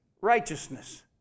righteousness